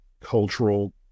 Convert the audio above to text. cultural